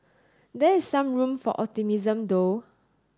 there is some room for optimism though